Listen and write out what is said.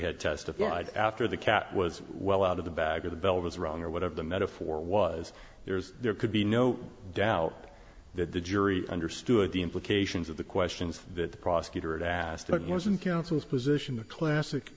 had testified after the cat was well out of the bag or the bell was rung or whatever the metaphor was there's there could be no doubt that the jury understood the implications of the questions that the prosecutor asked it wasn't counsel's position a classic